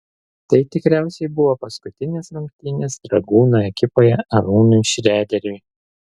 tai tikriausiai buvo paskutinės rungtynės dragūno ekipoje arūnui šrederiui